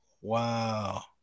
Wow